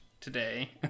today